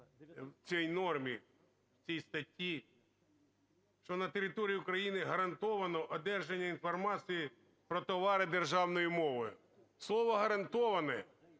у цій нормі, у цій статті, що на території України гарантоване одержання інформації про товари державною мовою. Слово "гарантоване"